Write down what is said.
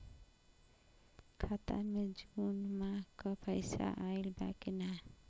खाता मे जून माह क पैसा आईल बा की ना?